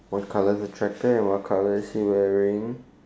what colour is the tractor and what colour is he wearing